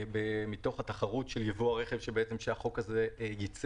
מתוך התחרות של ייבוא הרכב שהחוק הזה ייצר.